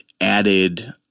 added